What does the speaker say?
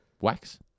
Wax